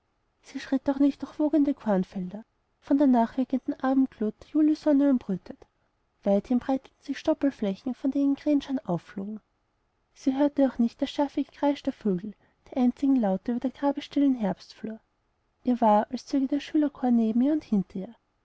sie schritt auch nicht durch wogende kornfelder von der nachwirkenden abendglut der julisonne umbrütet weithin breiteten sich die stoppelflächen von denen krähenscharen aufflogen sie hörte auch nicht das scharfe gekreisch der vögel die einzigen laute über der grabesstillen herbstflur ihr war als zöge der schülerchor neben und hinter ihr